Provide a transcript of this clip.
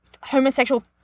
homosexual